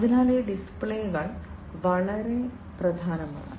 അതിനാൽ ഈ ഡിസ്പ്ലേകൾ വളരെ പ്രധാനമാണ്